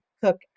cook